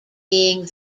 being